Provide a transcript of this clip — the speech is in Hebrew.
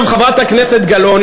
חברת הכנסת גלאון,